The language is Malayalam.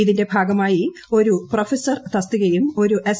ഇതിന്റെ ഭാഗമായി ഒരു പ്രൊഫസർ തസ്തികയും ഒരു അസി